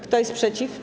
Kto jest przeciw?